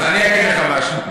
אז אני אגיד לך משהו.